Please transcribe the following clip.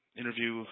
interview